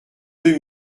deux